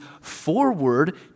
forward